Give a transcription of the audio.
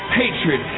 hatred